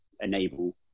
enable